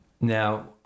now